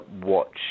watch